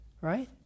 right